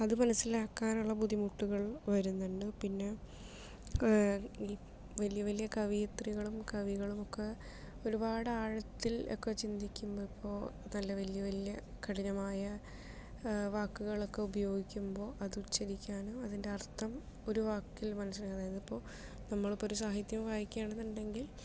അത് മനസ്സിലാക്കാനുള്ള ബുദ്ധിമുട്ടുകൾ വരുന്നുണ്ട് പിന്നെ വലിയ വലിയ കവയത്രികളും കവികളും ഒക്കെ ഒരുപാട് ആഴത്തിൽ ഒക്കെ ചിന്തിക്കുമ്പം ഇപ്പോൾ നല്ല വലിയ വലിയ കഠിനമായ വാക്കുകളൊക്കെ ഉപയോഗിക്കുമ്പോൾ അത് ഉച്ചരിക്കാനും അതിൻറെ അർത്ഥം ഒരു വാക്കിൽ മനസ്സിൽ അതായത് ഇപ്പോൾ നമ്മളിപ്പോൾ ഒരു സാഹിത്യം വായിക്കുക ആണ് എന്നു ഉണ്ടെങ്കിൽ